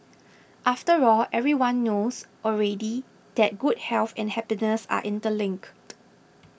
after all everyone knows already that good health and happiness are interlinked